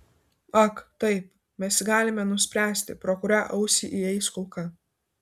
ak taip mes galime nuspręsti pro kurią ausį įeis kulka